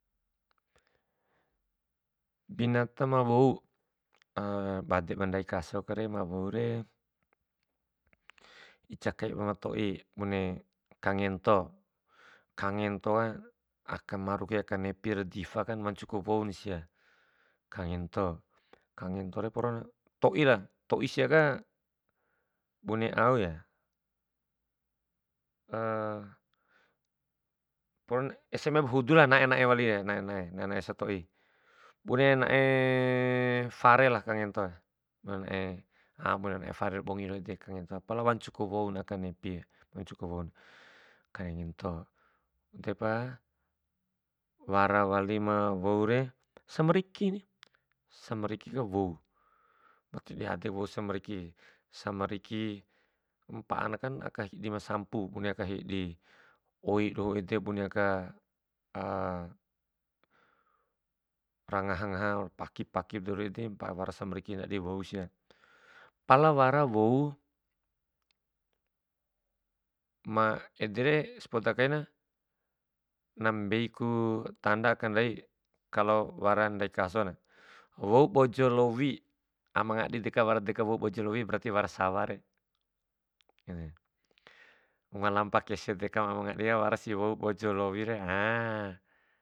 Binata ma wou, bade ba ndai kasokure ma woure, ica kai wunga toi, bune kangento, kangento ka aka marukai aka nepi aka difa na wancuku woun sia, kangento, kangentore poron toilah, toi siaka bune au ya poron ese mai ba hudu lah, nae nae walire nae- nae, nae nae satoi, bune nae farelah kangento re, bune nae a bune nae fare la bungi edeku kangento. pala ancuku woun aka nepie, wancuku woun, kangento. Edepa, wara wali ma woure samrikini, samriki ka wou, wati dihi adeku wou samriki. Samriki, mpa'anakan aka hidi ma sampu, bune aka hidi oi doho ede, bune aka rangaha ngaha paki paki dou doho ede, mpa'a wara samriki, ndadi wou sia. Pala wara wou ma edere, sepoda kaina na mbei tanda aka ndai kalo wara wara ndai kasona, wou bojor lowi ama ngadi deka wara sawa re ede, wunga lampa kesemu dekam ama ngadire, warasi wou bojo ra lowire berarti a.